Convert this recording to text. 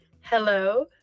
Hello